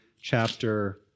chapter